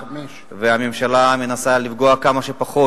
והממשלה מנסה לפגוע כמה שפחות,